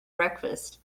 breakfast